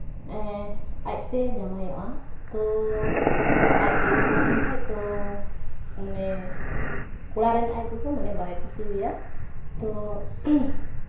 ᱟᱡᱛᱮ ᱡᱟᱶᱟᱭᱚᱜᱼᱟᱭ ᱛᱳ ᱟᱡᱛᱮ ᱡᱟᱶᱟᱭ ᱞᱮᱱᱠᱷᱟᱱ ᱛᱚ ᱢᱟᱱᱮ ᱠᱚᱲᱟ ᱨᱮᱱ ᱟᱡ ᱜᱚᱜᱚ ᱢᱟᱱᱮ ᱵᱟᱭ ᱠᱩᱥᱤᱣᱟᱭᱟ ᱛᱳ